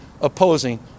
opposing